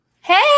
Hey